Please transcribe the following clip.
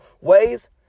ways